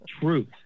truth